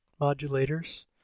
Modulators